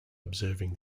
observing